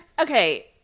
Okay